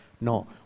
No